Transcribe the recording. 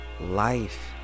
life